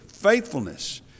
Faithfulness